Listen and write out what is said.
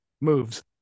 moves